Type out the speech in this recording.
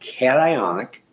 cationic